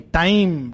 time